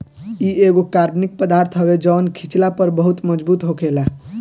इ एगो कार्बनिक पदार्थ हवे जवन खिचला पर बहुत मजबूत होखेला